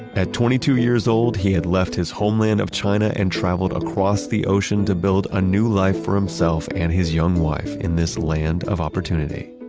at twenty two years old, he had left his homeland of china and traveled across the ocean to build a new life for himself and his young wife in this land of opportunity